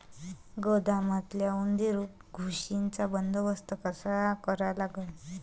गोदामातल्या उंदीर, घुशीचा बंदोबस्त कसा करा लागन?